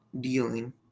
dealing